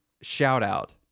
shout-out